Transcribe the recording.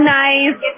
nice